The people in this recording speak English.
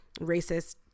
racist